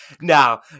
Now